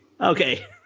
Okay